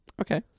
okay